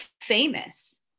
famous